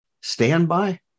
standby